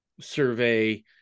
survey